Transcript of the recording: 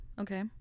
okay